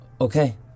Okay